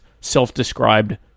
self-described